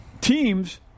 teams